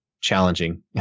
challenging